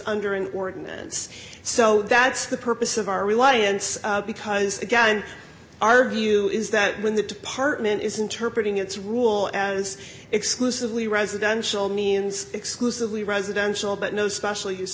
under an ordinance so that's the purpose of our reliance because again our view is that when the department is interpreted it's rule as exclusively residential means exclusively residential but no special use